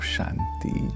Shanti